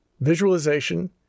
visualization